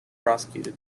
prosecuted